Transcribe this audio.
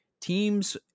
teams